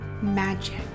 magic